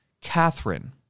Catherine